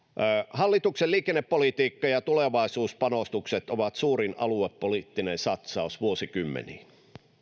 hallituksen liikennepolitiikka ja tulevaisuuspanostukset ovat suurin aluepoliittinen satsaus vuosikymmeniin